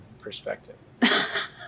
perspective